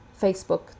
Facebook